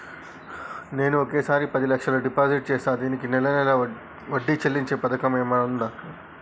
నేను ఒకేసారి పది లక్షలు డిపాజిట్ చేస్తా దీనికి నెల నెల వడ్డీ చెల్లించే పథకం ఏమైనుందా?